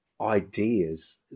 ideas